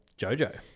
Jojo